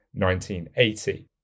1980